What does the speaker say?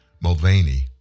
Mulvaney